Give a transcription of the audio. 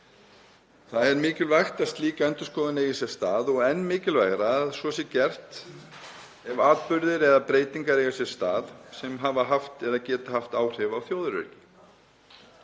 Það er mikilvægt að slík endurskoðun eigi sér stað og enn mikilvægara að svo sé gert ef atburðir eða breytingar eiga sér stað sem hafa haft eða geta haft áhrif á þjóðaröryggi.